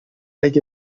اگه